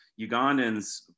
Ugandans